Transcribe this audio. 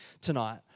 tonight